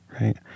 right